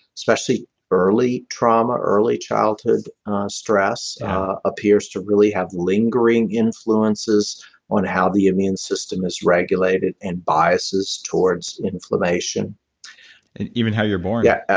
especially early trauma, early childhood stress appears to really have lingering influences on how the immune system is regulated and biases towards inflammation and even how you're born yeah,